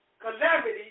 calamity